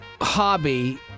Hobby